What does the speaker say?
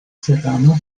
serrano